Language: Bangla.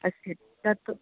আর সেটা তো